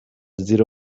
زیر